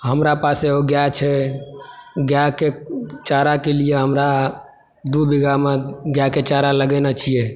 हमरा पास एगो गाय छै गायके चारा के लिए हमरा दू बीघामे गायके चारा लगयने छी